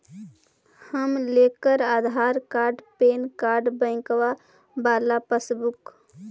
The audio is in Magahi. हम लेकर आधार कार्ड पैन कार्ड बैंकवा वाला पासबुक?